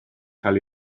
cael